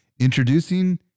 Introducing